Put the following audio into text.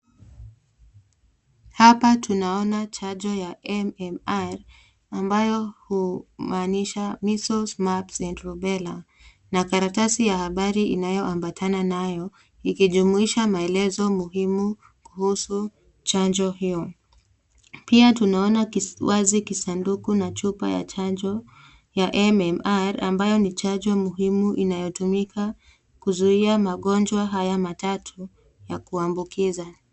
Hapa tunaona chanjo ya MMR ambayo humaanisha Measles, Mumps, and Rubella na karatasi ya habari inayoambatana nayo ikijumuisha maelezo muhimu kuhusu chanjo hiyo. Pia tunaona wazi kisanduku na chupa ya chanjo ya MMR ambayo ni chanjo muhimu inayotumika kuzuia magonjwa haya matatu ya kuambukiza.